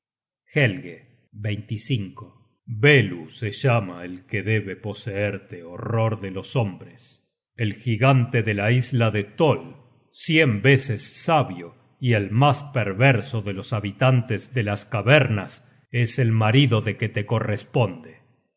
helge velu se llama el que debe poseerte horror de los hombres el gigante de la isla de tol cien veces sabio y el mas perverso de los habitantes de las cavernas es el marido de que te corresponde